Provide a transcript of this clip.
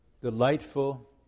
delightful